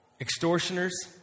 extortioners